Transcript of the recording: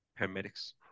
paramedics